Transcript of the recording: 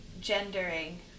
gendering